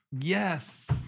Yes